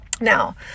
Now